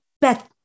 bet